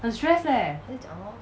很 stress leh